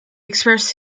express